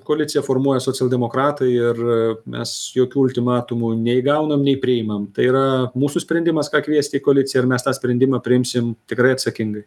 koaliciją formuoja socialdemokratai ir mes jokių ultimatumų nei gaunam nei priimam tai yra mūsų sprendimas ką kviesti į koaliciją ir mes tą sprendimą priimsim tikrai atsakingai